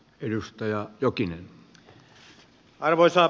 arvoisa herra puhemies